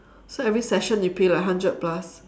so every session you pay like hundred plus